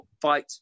fight